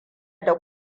da